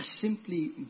simply